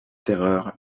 terreur